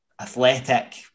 athletic